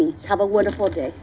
me have a wonderful day